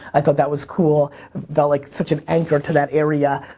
i thought that was cool. it felt like such an anchor to that area.